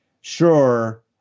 sure